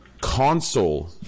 console